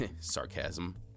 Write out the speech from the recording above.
Sarcasm